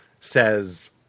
says